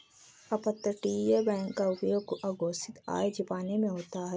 अपतटीय बैंक का उपयोग अघोषित आय छिपाने में होता है